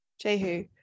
Jehu